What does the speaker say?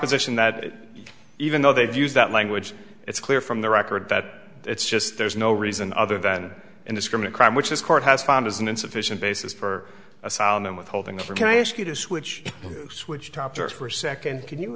position that even though they've used that language it's clear from the record that it's just there's no reason other than indiscriminate crime which this court has found as an insufficient basis for asylum withholding the can i ask you to switch to switch topics for a second can you